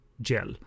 gel